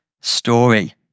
story